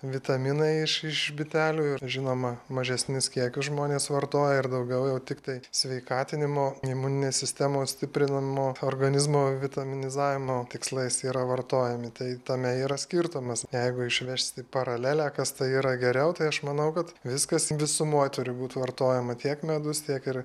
vitaminai iš iš bitelių ir žinoma mažesnius kiekius žmonės vartoja ir daugiau jau tiktai sveikatinimo imuninės sistemos stiprinimo organizmo vitaminizavimo tikslais yra vartojami tai tame yra skirtumas jeigu išvešti paralelę kas tai yra geriau tai aš manau kad viskas visumoj turi būt vartojama tiek medus tiek ir